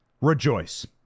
rejoice